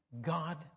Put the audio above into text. God